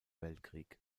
weltkrieg